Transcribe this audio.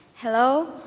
Hello